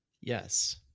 Yes